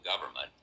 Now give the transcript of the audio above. government